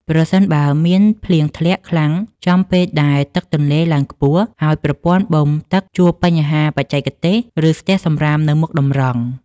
ប្រសិនបើមានភ្លៀងធ្លាក់ខ្លាំងចំពេលដែលទឹកទន្លេឡើងខ្ពស់ ហើយប្រព័ន្ធបូមទឹកជួបបញ្ហាបច្ចេកទេស ឬស្ទះសំរាមនៅមុខតម្រង។